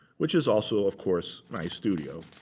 which is also, of course, my studio.